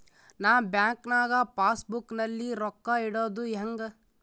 ನಾ ಬ್ಯಾಂಕ್ ನಾಗ passbook ನಲ್ಲಿ ರೊಕ್ಕ ಇಡುದು ಹ್ಯಾಂಗ್?